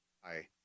Hi